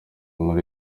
nkuru